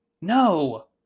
No